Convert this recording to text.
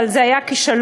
אבל זה היה כישלון,